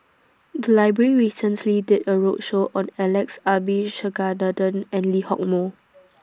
The Library recently did A roadshow on Alex Abisheganaden and Lee Hock Moh